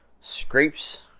scrapes